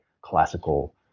classical